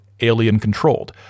alien-controlled